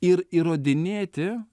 ir įrodinėti